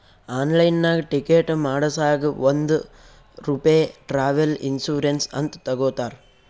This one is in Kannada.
ಆನ್ಲೈನ್ನಾಗ್ ಟಿಕೆಟ್ ಮಾಡಸಾಗ್ ಒಂದ್ ರೂಪೆ ಟ್ರಾವೆಲ್ ಇನ್ಸೂರೆನ್ಸ್ ಅಂತ್ ತಗೊತಾರ್